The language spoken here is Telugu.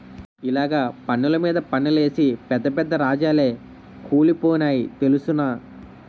ఇలగ పన్నులు మీద పన్నులేసి పెద్ద పెద్ద రాజాలే కూలిపోనాయి తెలుసునా